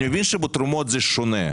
אני מבין שבתרומות זה שונה,